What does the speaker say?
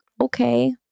okay